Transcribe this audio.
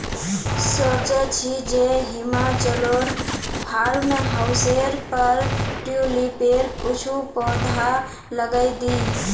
सोचे छि जे हिमाचलोर फार्म हाउसेर पर ट्यूलिपेर कुछू पौधा लगइ दी